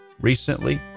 recently